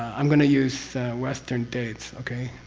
i'm going to use western dates, okay?